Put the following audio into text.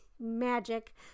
magic